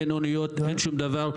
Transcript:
אין אניות, אין שום דבר.